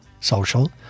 social